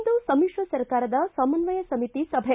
ಇಂದು ಸಮಿಶ್ರ ಸರ್ಕಾರದ ಸಮನ್ವಯ ಸಮಿತಿ ಸಭೆ